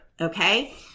Okay